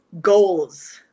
Goals